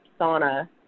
sauna